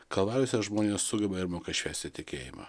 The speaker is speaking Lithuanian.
kalvarijose žmonės sugeba ir moka švęsti tikėjimą